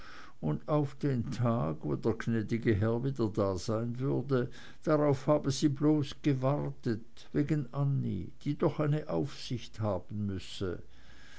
und auf den tag wo der gnädige herr wieder da sein würde darauf habe sie bloß gewartet wegen annie die doch eine aufsicht haben müsse